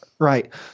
Right